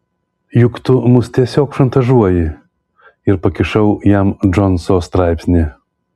juk tu mus tiesiog šantažuoji ir pakišau jam džonso straipsnį